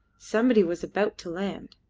somebody was about to land!